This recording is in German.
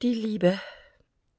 die liebe